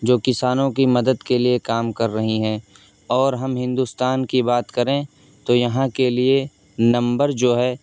جو کسانوں کی مدد کے لیے کام کر رہی ہیں اور ہم ہندوستان کی بات کریں تو یہاں کے لیے نمبر جو ہے